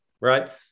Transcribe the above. right